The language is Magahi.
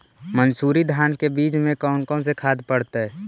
मंसूरी धान के बीज में कौन कौन से खाद पड़तै?